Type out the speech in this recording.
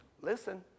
Listen